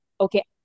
okay